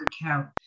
account